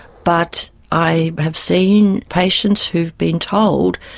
but i have seen patients who have been told,